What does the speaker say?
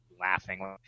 laughing